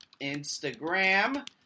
Instagram